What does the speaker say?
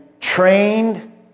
trained